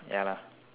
ya lah